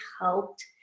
helped